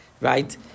Right